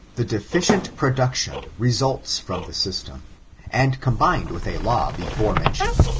the deficient production results from the system and, combined with a law before mentioned,